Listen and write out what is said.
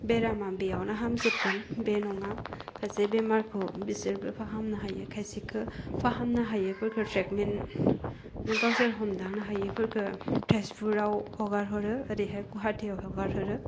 बेरामा बेयावनो हामजोबगोन बे नङा खायसे बेमारखौ बिसोरबो फाहामनो हायो खायसेखौ फाहामनो हायैफोरखौ ट्रेटमेन्ट गावसोर हमदांनो हायैफोरखौ तेजपुराव हगार हरो ओरैहाय गवाहाटियाव हगार हरो